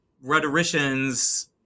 rhetoricians